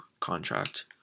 contract